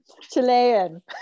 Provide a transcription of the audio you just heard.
Chilean